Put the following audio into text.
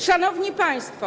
Szanowni Państwo!